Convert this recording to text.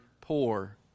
poor